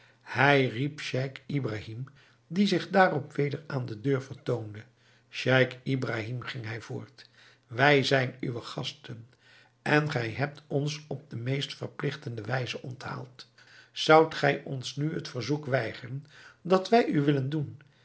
hij riep scheich ibrahim die zich daarop weder aan de deur vertoonde scheich ibrahim ging hij voort wij zijn uwe gasten en gij hebt ons op de meest verpligtende wijze onthaald zoudt gij ons nu het verzoek weigeren dat wij u willen doen